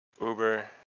Uber